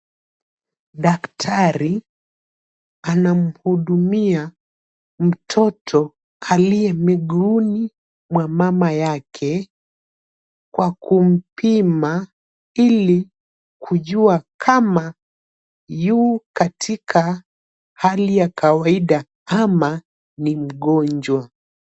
Daktari, anamhudumia mtoto aliye miguuni mwa mama yake, kwa kumpima, ili kujua kama yu katika hali ya kawaida, ama ni mgonjwa.